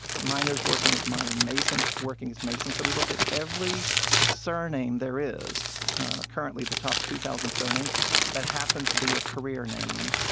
miners working as miners, masons working as masons. so we looked at every surname there is currently, the top two thousand surnames that happens to be a career name,